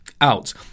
out